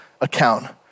account